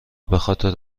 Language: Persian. بخاطر